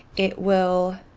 it will